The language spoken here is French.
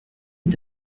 est